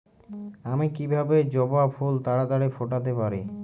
আমি কিভাবে জবা ফুল তাড়াতাড়ি ফোটাতে পারি?